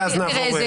ואז נתקדם.